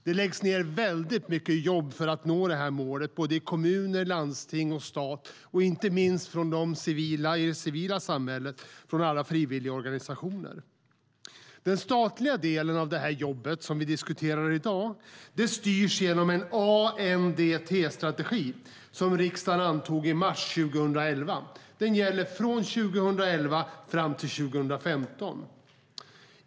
Det läggs ned väldigt mycket jobb för att nå det målet i kommuner, landsting och stat och inte minst i det civila samhället från alla frivilligorganisationer. Den statliga delen av det jobb vi diskuterar i dag styrs genom en ANDT-strategi som riksdagen antog i mars 2011. Den gäller från 2011 fram till och med 2015.